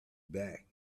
back